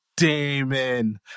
Demon